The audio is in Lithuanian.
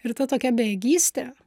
ir ta tokia bejėgystė